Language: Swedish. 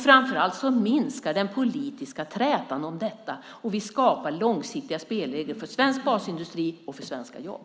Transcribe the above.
Framför allt minskar den politiska trätan om detta och vi skapar långsiktiga spelregler för svensk basindustri och för svenska jobb.